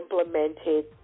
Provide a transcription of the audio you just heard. implemented